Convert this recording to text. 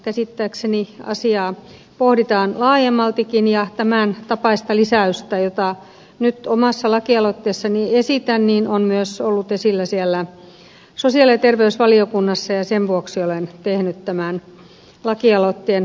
käsittääkseni asiaa pohditaan laajemmaltikin ja tämän tapainen lisäys jota nyt omassa lakialoitteessani esitän on ollut esillä myös siellä sosiaali ja terveysvaliokunnassa ja sen vuoksi olen tehnyt tämän lakialoitteen